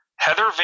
Heather